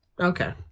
Okay